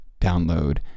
download